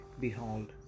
Behold